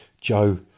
Joe